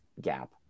gap